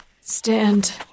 stand